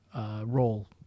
role